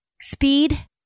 speed